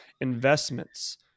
investments